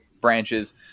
branches